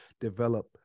develop